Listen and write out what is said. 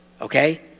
Okay